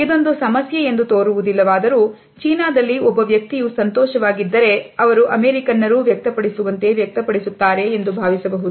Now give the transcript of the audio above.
ಇದೊಂದು ಸಮಸ್ಯೆ ಎಂದು ತೋರುವುದಿಲ್ಲ ವಾದರೂ ಚೀನಾದಲ್ಲಿ ಒಬ್ಬ ವ್ಯಕ್ತಿಯ ಸಂತೋಷವಾಗಿದ್ದರೆ ಅವರು ಅಮೆರಿಕನ್ನರೂ ವ್ಯಕ್ತಪಡಿಸುವಂತೆ ವ್ಯಕ್ತಪಡಿಸುತ್ತಾರೆ ಎಂದು ಭಾವಿಸಬಹುದು